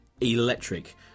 electric